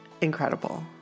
incredible